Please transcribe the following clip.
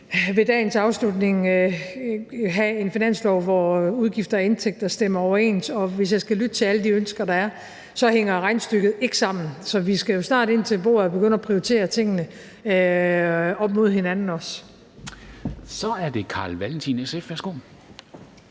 ved dagens afslutning have en finanslov, hvor udgifter og indtægter stemmer overens. Og hvis jeg skal lytte til alle de ønsker, der er, hænger regnestykket ikke sammen, så vi skal jo snart ind til bordet og begynde at prioritere tingene op mod hinanden. Kl. 23:28 Formanden